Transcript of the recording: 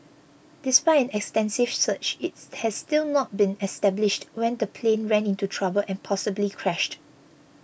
despite an extensive search it's has still not been established when the plane ran into trouble and possibly crashed